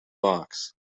box